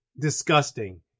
disgusting